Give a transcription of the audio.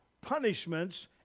punishments